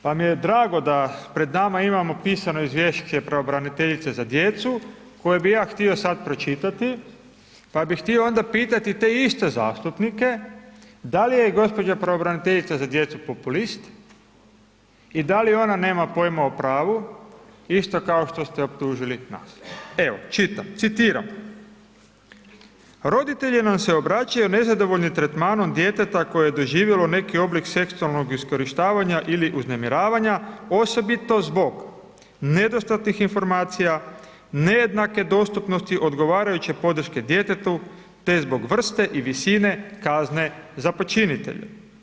Pa mi je drago da pred nama imamo pisano izvješće pravobraniteljice za djecu koje bih ja htio sad pročitati, pa bih htio pitati pa bih htio onda pitati te iste zastupnike da li je gospođa pravobraniteljica za djecu populist i da li ona nema pojma o pravu isto kao što ste optužili nas, evo čitam, citiram: „Roditelji nam se obraćaju nezadovoljni tretmanom djeteta koji je doživjelo neki oblik seksualnog iskorištavanja ili uznemiravanja osobito zbog nedostatnih informacija, nejednake dostupnosti odgovarajuće podrške djetetu te zbog vrste i visine kazne za počinitelje.